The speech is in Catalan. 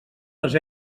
les